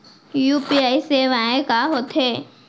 UPI सेवाएं का होथे